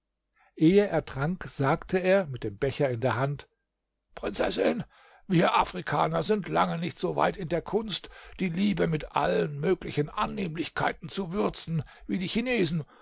ehe er trank sagte er mit dem becher in der hand prinzessin wir afrikaner sind lange nicht so weit in der kunst die liebe mit allen möglichen annehmlichkeiten zu würzen wie die chinesen